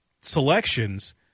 selections